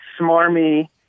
smarmy